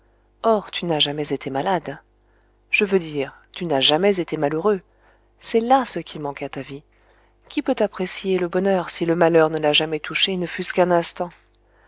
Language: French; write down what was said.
or tu n'as jamais été malade je veux dire tu n'as jamais été malheureux c'est là ce qui manque à ta vie qui peut apprécier le bonheur si le malheur ne l'a jamais touché ne fût-ce qu'un instant